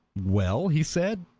well, he said,